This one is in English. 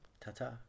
Ta-ta